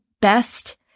best